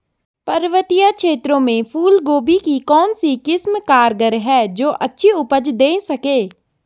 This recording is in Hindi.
पर्वतीय क्षेत्रों में फूल गोभी की कौन सी किस्म कारगर है जो अच्छी उपज दें सके?